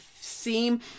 seem